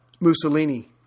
Mussolini